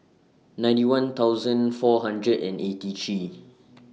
ninety one thousand four hundred and eighty three